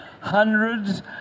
hundreds